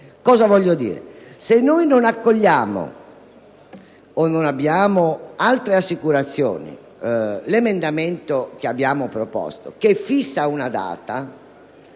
Se non accogliamo o non abbiamo altre assicurazioni sull'emendamento 1.2 che abbiamo proposto, che fissa una data,